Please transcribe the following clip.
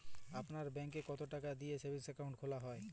আপনার ব্যাংকে কতো টাকা দিয়ে সেভিংস অ্যাকাউন্ট খোলা হয়?